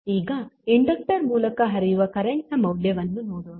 ಈಗ ಇಂಡಕ್ಟರ್ ಮೂಲಕ ಹರಿಯುವ ಕರೆಂಟ್ ನ ಮೌಲ್ಯವನ್ನು ನೋಡೋಣ